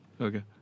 Okay